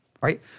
right